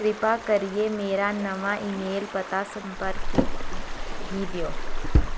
किरपा करियै मेरा नमां ईमेल पता संर्पक गी देओ